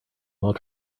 while